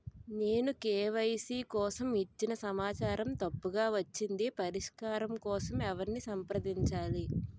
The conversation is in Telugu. నేను కే.వై.సీ కోసం ఇచ్చిన సమాచారం తప్పుగా వచ్చింది పరిష్కారం కోసం ఎవరిని సంప్రదించాలి?